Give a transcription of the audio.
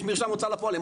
יש מרשם הוצאה לפועל.